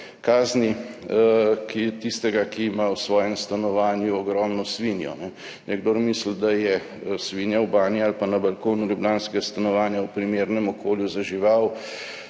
ki tistega, ki ima v svojem stanovanju ogromno svinjo. Kdor misli, da je svinja v banji ali pa na balkonu ljubljanskega stanovanja v primernem okolju za žival,